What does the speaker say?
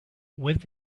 with